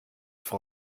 frau